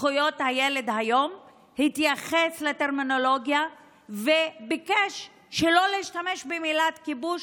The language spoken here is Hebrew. לזכויות הילד התייחס היום לטרמינולוגיה וביקש שלא להשתמש במילה "כיבוש"